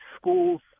schools